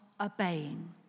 obeying